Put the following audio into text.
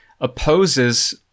opposes